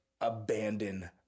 abandon